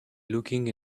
looking